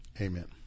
amen